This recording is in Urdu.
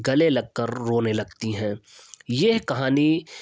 گلے لگ کر رونے لگتی ہیں یہ کہانی